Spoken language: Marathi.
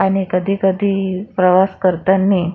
आणि कधीकधी प्रवास करतानी